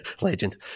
Legend